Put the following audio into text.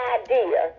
idea